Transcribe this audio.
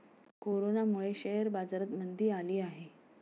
कोरोनामुळे शेअर बाजारात मंदी आली आहे